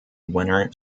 winner